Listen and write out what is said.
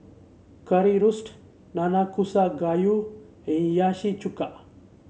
Currywurst Nanakusa Gayu Hiyashi Chuka